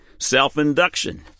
Self-induction